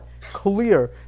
clear